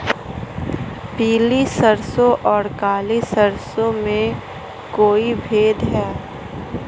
पीली सरसों और काली सरसों में कोई भेद है?